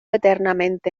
eternamente